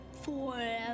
forever